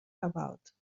about